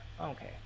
okay